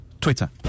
Twitter